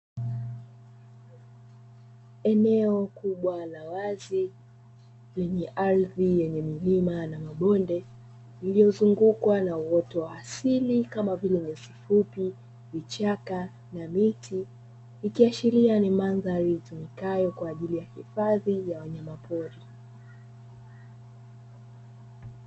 Eneo kubwa la wazi lenye ardhi yenye milima na mabonde iliyozungukwa na uoto wa asili kama vile nyasi fupi, vichaka na miti, ikiashiria ni mandhari itumikayo kwa ajili ya hifadhi ya wanyama pori.